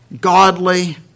godly